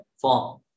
form